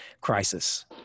crisis